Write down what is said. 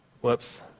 Whoops